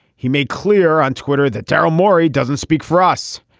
he made clear on twitter that daryl morey doesn't speak for us.